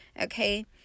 okay